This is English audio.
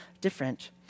different